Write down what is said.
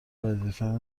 وظیفم